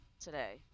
today